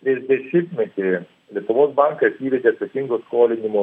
ir dešimtmetį lietuvos bankas įvedė atsakingo skolinimo